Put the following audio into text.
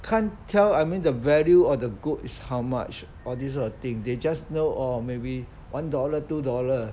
can't tell I mean the value of the goods is how much all these kind of thing they just know orh maybe one dollar two dollar